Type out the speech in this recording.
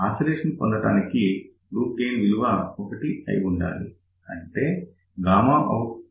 oscillation పొందటానికి loop gain విలువ 1 అయి ఉండాలి అంటే outL1